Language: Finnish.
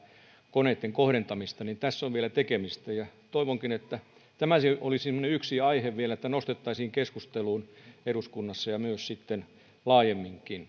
koneitten kohdentamista on vielä tekemistä toivonkin että tämä olisi semmoinen yksi aihe vielä joka nostettaisiin keskusteluun eduskunnassa ja myös sitten laajemminkin